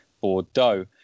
Bordeaux